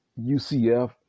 UCF